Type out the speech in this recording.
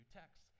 text